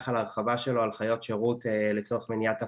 על ההרחבה שלו על חיות שירות לצורך מניעת אפליה.